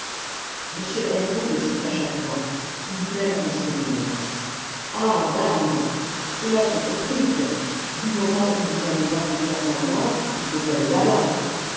hennebeau ne se fâcha point il eut même un sourire ah dame cela se complique du moment où vous n'avez pas confiance en moi il faut aller là-bas